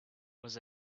was